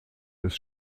des